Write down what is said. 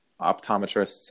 optometrists